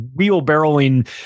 wheelbarrowing